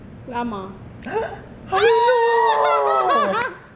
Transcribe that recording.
ah how do you know